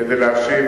כדי להשיב